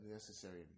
necessary